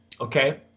okay